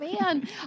Man